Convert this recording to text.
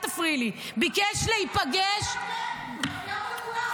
אל תפריעי לי, ביקש --- אל תצעקי עליי.